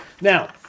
Now